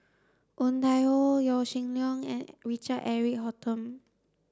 Woon Tai Ho Yaw Shin Leong and Richard Eric Holttum